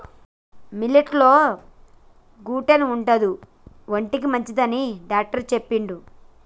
millet లో gluten ఉండదు ఒంటికి మంచిదని డాక్టర్ చెప్పిండు